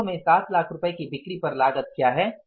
वास्तव में 7 लाख रुपये की बिक्री पर लागत क्या है